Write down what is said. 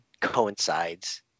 coincides